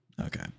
Okay